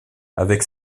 avec